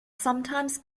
sometimes